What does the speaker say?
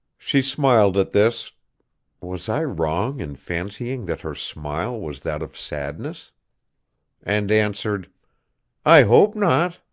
she smiled at this was i wrong in fancying that her smile was that of sadness and answered i hope not.